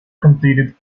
completed